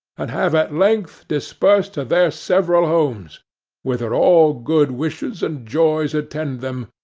and have at length dispersed to their several homes whither all good wishes and joys attend them,